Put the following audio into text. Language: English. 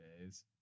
days